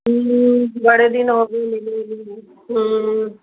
ਬੜੇ ਦਿਨ ਹੋ ਗਏ ਮਿਲੇ ਨੂੰ